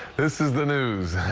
this is the news